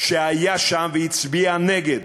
שהיה שם והצביע נגד,